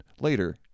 later